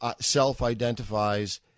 self-identifies